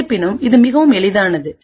இருப்பினும் இது மிகவும் எளிதானது